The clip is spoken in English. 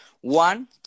one